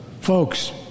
Folks